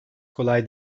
kolay